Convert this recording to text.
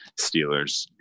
Steelers